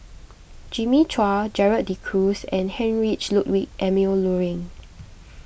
Jimmy Chua Gerald De Cruz and Heinrich Ludwig Emil Luering